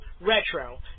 Retro